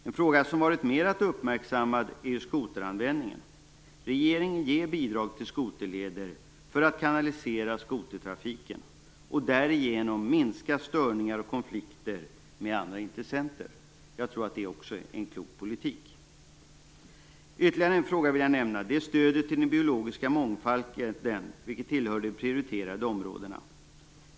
En fråga som varit mer uppmärksammad är skoteranvändningen. Regeringen ger bidrag till skoterleder för att kanalisera skotertrafiken och därigenom minska störningar och konflikter med andra intressenter. Jag tror att också det är en klok politik. Jag vill nämna ytterligare en fråga: stödet till den biologiska mångfalden. Det tillhör de prioriterade områdena.